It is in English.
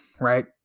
right